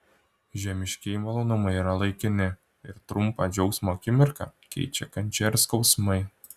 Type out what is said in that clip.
žemiškieji malonumai yra laikini ir trumpą džiaugsmo akimirką keičia kančia ir skausmai